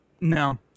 No